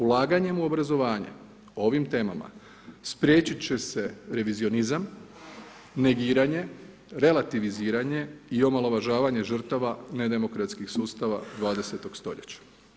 Ulaganjem u obrazovanje o ovim temama spriječit će se revizionizam, negiranje, relativiziranje i omalovažavanje žrtava nedemokratskih sustava 20. stoljeća.